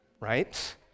right